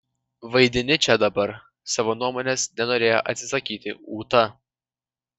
vaidini čia dabar savo nuomonės nenorėjo atsisakyti ūta